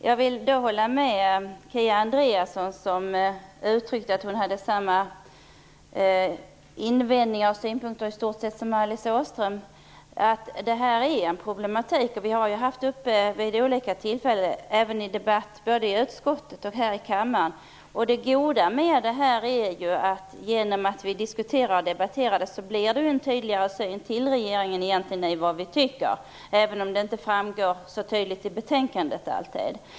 Herr talman! Jag håller med Kia Andreasson när hon sade att hon hade i stort sett samma invändningar och synpunkter som Alice Åström beträffande att detta är ett problem. Vi har vid olika tillfällen tagit upp detta i debatter både i utskottet och här i kammaren. Det goda med detta är ju att genom att vi diskuterar och debatterar det så blir det tydligare för regeringen vad vi tycker även om det inte alltid framgår så tydligt i betänkandet.